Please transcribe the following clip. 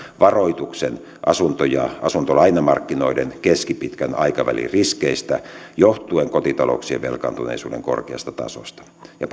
varoituksen asunto ja asuntolainamarkkinoiden keskipitkän aikavälin riskeistä johtuen kotitalouksien velkaantuneisuuden korkeasta tasosta ja